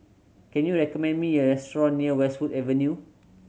can you recommend me a restaurant near Westwood Avenue